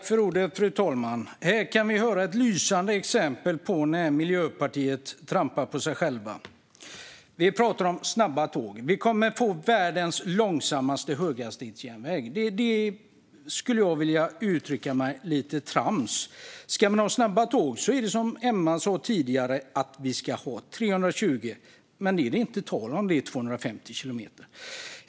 Fru talman! Här kan vi höra ett lysande exempel på att Miljöpartiet trampar på sig själva. Ni pratar om snabba tåg. Vi kommer att få världens långsammaste höghastighetsjärnväg. Det är vad jag skulle vilja uttrycka som lite trams. Ska man ha snabba tåg är det som Emma sa tidigare: Vi ska ha 320 kilometer i timmen. Men det är det inte tal om här, utan det är 250 kilometer.